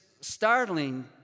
startling